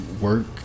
work